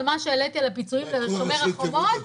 על מה שהעליתי על הפיצויים ועל 'שומר החומות'.